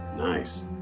Nice